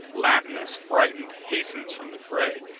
latinus, frighted, hastens from the fray,